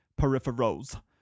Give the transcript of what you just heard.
peripherals